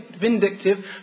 vindictive